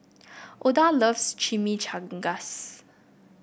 Oda loves Chimichangas